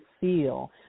feel